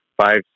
five